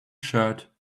shirt